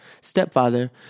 stepfather